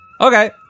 Okay